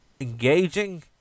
engaging